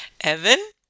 Evan